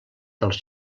dels